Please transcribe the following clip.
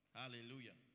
hallelujah